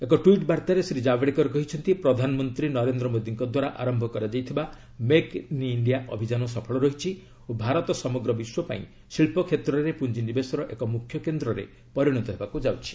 ଏକ ଟ୍ପିଟ୍ ବାର୍ତ୍ତାରେ ଶ୍ରୀ ଜାବଡେକର କହିଛନ୍ତି ପ୍ରଧାନମନ୍ତ୍ରୀ ନରେନ୍ଦ୍ର ମୋଦୀଙ୍କ ଦ୍ୱାରା ଆରମ୍ଭ କରାଯାଇଥିବା ମେକ୍ ଇନ୍ ଇଣ୍ଡିଆ ଅଭିଯାନ ସଫଳ ରହିଛି ଓ ଭାରତ ସମଗ୍ର ବିଶ୍ୱପାଇଁ ଶିଳ୍ପ କ୍ଷେତ୍ରରେ ପୁଞ୍ଜିନିବେଶର ଏକ ମୁଖ୍ୟ କେନ୍ଦ୍ରରେ ପରିଣତ ହେବାକୁ ଯାଉଛି